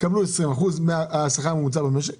יקבלו 20% מהשכר הממוצע במשק